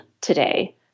today